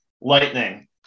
Lightning